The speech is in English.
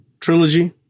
trilogy